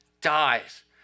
dies